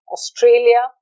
Australia